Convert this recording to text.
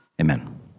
amen